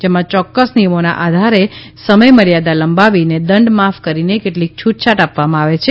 જેમાં ચોકકસ નિયમોના આધારે સમય મર્યાદા લંબાવીને દંડ માફ કરીને કેટલીક છુટછાટ આપવામાં આવે છે